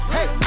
Hey